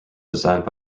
designed